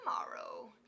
tomorrow